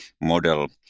model